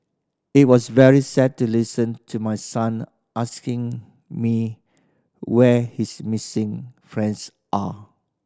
it was very sad to listen to my son asking me where his missing friends are